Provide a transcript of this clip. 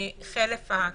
חלף הקנס.